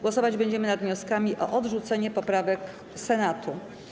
Głosować będziemy nad wnioskami o odrzucenie poprawek Senatu.